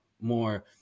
more